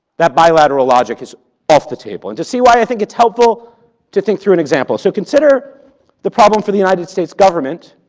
that bilateral logic is off the table, and to see why, i think it's helpful to think through an example, so consider the problem for the united states government